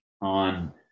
on